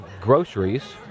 groceries